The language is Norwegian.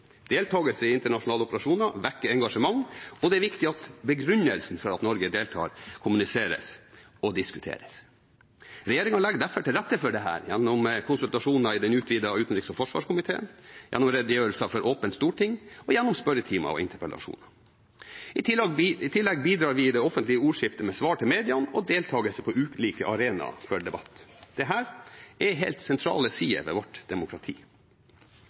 Deltakelse i internasjonale operasjoner vekker engasjement, og det er viktig at begrunnelsen for at Norge deltar, kommuniseres og diskuteres. Regjeringen legger derfor til rette for dette gjennom konsultasjoner i den utvidete utenriks- og forsvarskomité, gjennom redegjørelser for åpent storting og gjennom spørretimer og interpellasjoner. I tillegg bidrar vi i det offentlige ordskiftet med svar til mediene og deltakelse på ulike arenaer for debatt. Dette er helt sentrale sider ved vårt demokrati.